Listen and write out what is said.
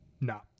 No